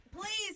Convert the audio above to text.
Please